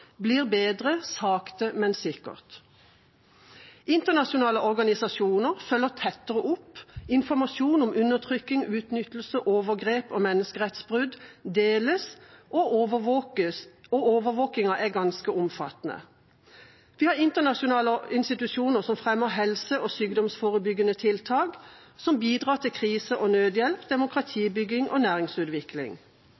blir bedre sakte, men sikkert. Internasjonale organisasjoner følger tettere opp, informasjon om undertrykking, utnyttelse, overgrep og menneskerettsbrudd deles, og overvåkingen er ganske omfattende. Vi har internasjonale institusjoner som fremmer helse- og sykdomsforebyggende tiltak og bidrar til krise- og nødhjelp,